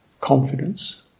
confidence